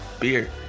beer